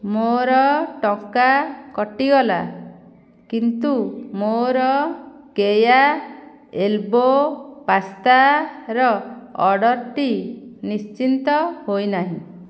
ମୋର ଟଙ୍କା କଟିଗଲା କିନ୍ତୁ ମୋର କେୟା ଏଲ୍ବୋ ପାସ୍ତାର ଅର୍ଡ଼ର୍ଟି ନିଶ୍ଚିନ୍ତ ହୋଇନାହିଁ